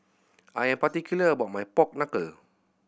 I am particular about my pork knuckle